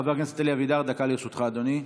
חבר הכנסת אלי אבידר, דקה לרשותך, אדוני.